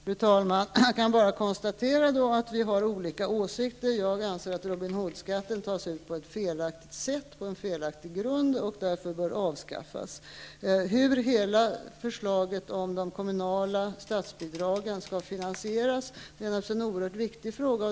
Fru talman! Jag kan bara konstatera att vi har olika åsikter. Jag anser att Robin Hood-skatten tas ut på ett felaktigt sätt och på en felaktig grund. Den bör därför avskaffas. Det är naturligtvis en oerhört viktig fråga hur hela förslaget om de kommunala statsbidragen skall finansieras.